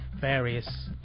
various